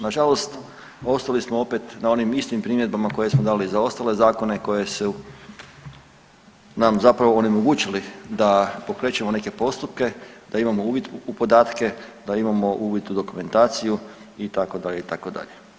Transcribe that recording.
Na žalost ostali smo opet na onim istim primjedbama koje smo dali za ostale zakone koji su nam zapravo onemogućili da pokrećemo neke postupke, da imamo uvid u podatke, da imamo uvid u dokumentaciju itd. itd.